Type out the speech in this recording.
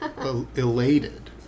Elated